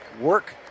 work